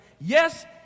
Yes